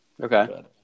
okay